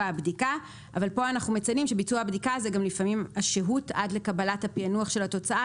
הבדיקה." סעיף 14ג(3) זה לשאלת יושבת הראש.